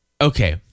Okay